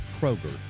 Kroger